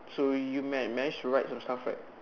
so you managed to write some stuff right